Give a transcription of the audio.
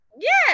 Yes